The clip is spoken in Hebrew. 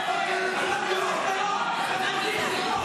ואטורי,